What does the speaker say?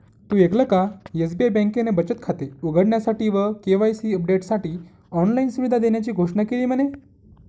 तु ऐकल का? एस.बी.आई बँकेने बचत खाते उघडण्यासाठी व के.वाई.सी अपडेटसाठी ऑनलाइन सुविधा देण्याची घोषणा केली म्हने